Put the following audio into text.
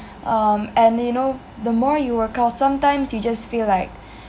um and you know the more you work out sometimes you just feel like